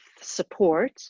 support